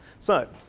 so,